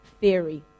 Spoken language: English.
theory